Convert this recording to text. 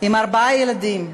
עם ארבעה ילדים,